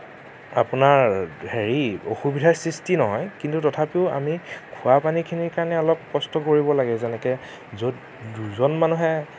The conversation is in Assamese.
আপোনাৰ হেৰি অসুবিধাৰ সৃষ্টি নহয় কিন্তু তথাপিও আমি খোৱা পানীখিনিৰ কাৰণে অলপ কষ্ট কৰিব লাগে যেনেকে য'ত দুজন মানুহে